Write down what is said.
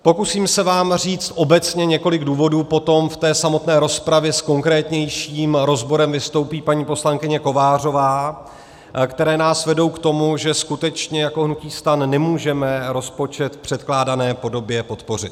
Pokusím se vám říct obecně několik důvodů potom v té samotné rozpravě s konkrétnějším rozborem vystoupí paní poslankyně Kovářová které nás vedou k tomu, že skutečně jako hnutí STAN nemůžeme rozpočet v předkládané podobě podpořit.